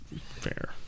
fair